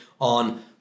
on